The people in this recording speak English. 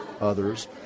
others